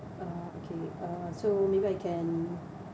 uh okay uh so maybe I can